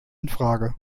infrage